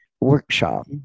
Workshop